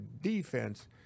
defense